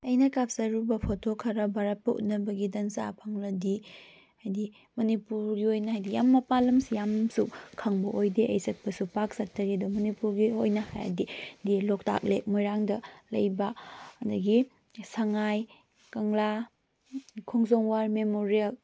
ꯑꯩꯅ ꯀꯥꯞꯆꯔꯨꯕ ꯐꯣꯇꯣ ꯈꯔ ꯚꯥꯔꯠꯄꯨ ꯎꯠꯅꯕꯒꯤ ꯇꯟꯖꯥ ꯐꯪꯂꯗꯤ ꯍꯥꯏꯗꯤ ꯃꯅꯤꯄꯨꯔꯒꯤ ꯑꯣꯏꯅ ꯍꯥꯏꯗꯤ ꯌꯥꯝꯅ ꯃꯄꯥꯜꯂꯝꯁꯤ ꯌꯥꯝꯅꯁꯨ ꯈꯪꯕ ꯑꯣꯏꯗꯦ ꯑꯩ ꯆꯠꯄꯁꯨ ꯄꯥꯛ ꯆꯠꯇꯦ ꯑꯗꯨ ꯑꯩ ꯃꯅꯤꯄꯨꯔꯒꯤ ꯑꯣꯏꯅ ꯍꯥꯏꯗꯤ ꯗ ꯂꯣꯛꯇꯥꯛ ꯂꯦꯛ ꯃꯣꯏꯔꯥꯡꯗ ꯂꯩꯕ ꯑꯗꯒꯤ ꯁꯉꯥꯏ ꯀꯪꯂꯥ ꯈꯣꯡꯖꯣꯝ ꯋꯥꯔ ꯃꯦꯃꯣꯔꯤꯌꯦꯜ